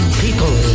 people